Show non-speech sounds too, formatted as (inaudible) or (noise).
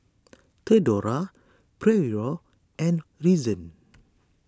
(noise) theodora Pryor and Reason (noise)